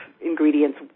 ingredients